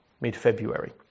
mid-February